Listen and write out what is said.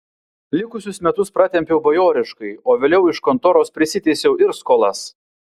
likusius metus pratempiau bajoriškai o vėliau iš kontoros prisiteisiau ir skolas